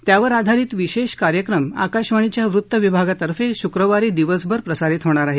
त्यावर आधारित विशेष कार्यक्रम आकाशवाणीच्या वृत्त विभागातर्फे शुक्रवारी दिवसभर प्रसारित होणार आहेत